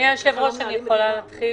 אדוני, האם זה בוצע?